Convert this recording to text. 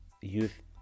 youth